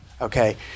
Okay